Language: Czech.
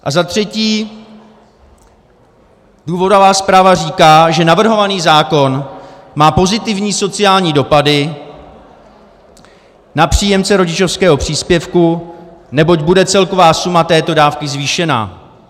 A za třetí, důvodová zpráva říká, že navrhovaný zákon má pozitivní sociální dopady na příjemce rodičovského příspěvku, neboť bude celková suma této dávky zvýšena.